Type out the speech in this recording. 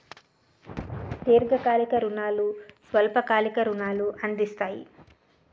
దీర్ఘకాలిక రుణాలు స్వల్ప కాలిక రుణాలు అందిస్తాయి